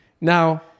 Now